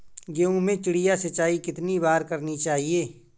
गेहूँ में चिड़िया सिंचाई कितनी बार करनी चाहिए?